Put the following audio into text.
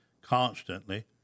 constantly